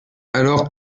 alors